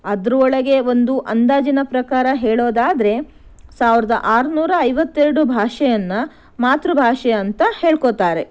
ಅದರೊಳಗೆ ಒಂದು ಅಂದಾಜಿನ ಪ್ರಕಾರ ಹೇಳೋದಾದ್ರೆ ಸಾವಿರದ ಆರುನೂರ ಐವತ್ತೆರಡು ಭಾಷೆಯನ್ನು ಮಾತೃಭಾಷೆ ಅಂತ ಹೇಳ್ಕೊತಾರೆ